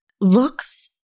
looks